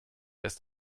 erst